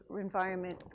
environment